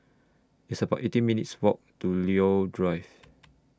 It's about eighteen minutes' Walk to Leo Drive